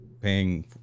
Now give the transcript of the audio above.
paying